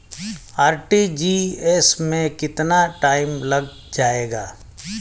RTGS में कितना time लग जाएगा?